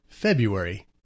February